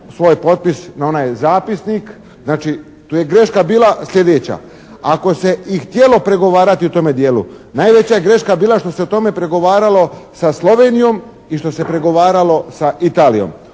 svoj potpis na onaj zapisnik. Znači, tu je greška bila sljedeća. Ako se i htjelo pregovarati u tome dijelu, najveća je greška bila što se o tome pregovaralo sa Slovenijom i što se pregovaralo sa Italijom.